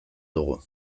dugu